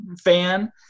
fan